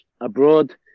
abroad